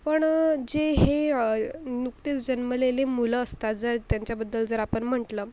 पण जे हे नुकतेच जन्मलेले मुलं असतात जर त्यांच्याबद्दल जर आपण म्हटलं